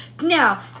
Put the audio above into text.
Now